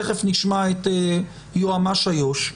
תיכף נשמע את יועמ"ש איו"ש,